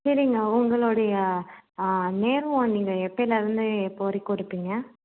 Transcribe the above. சரிங்க உங்களோடைய நேரம் நீங்கள் எப்பேலே இருந்து எப்போவரைக்கும் இருப்பிங்க